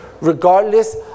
Regardless